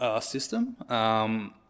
system